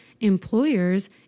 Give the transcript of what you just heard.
employers